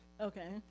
Okay